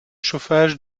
chauffage